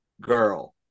girl